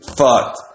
fucked